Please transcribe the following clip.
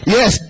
Yes